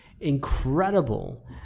incredible